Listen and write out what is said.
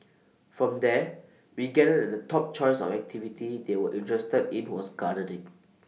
from there we gathered that the top choice of activity they were interested in was gardening